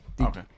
Okay